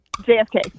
JFK